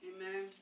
Amen